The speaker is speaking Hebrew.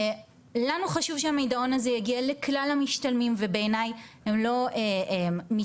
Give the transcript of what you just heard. לנו חשוב שה'מידעון' הזה יגיע לכלל המשתלמים ובעיניי הם לא מתמחים,